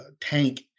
tank